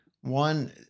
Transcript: one